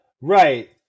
Right